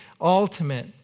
ultimate